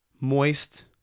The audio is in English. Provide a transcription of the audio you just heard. moist